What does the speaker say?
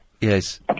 Yes